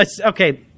okay